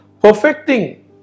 perfecting